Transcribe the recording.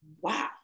Wow